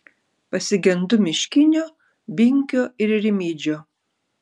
pasigendu miškinio binkio ir rimydžio